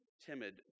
timid